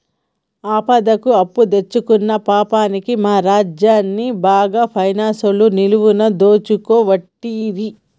ఆపదకు అప్పుదెచ్చుకున్న పాపానికి మా రాజన్ని గా పైనాన్సోళ్లు నిలువున దోసుకోవట్టిరి